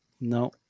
No